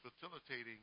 facilitating